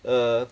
err